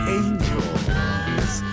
angels